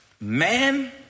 Man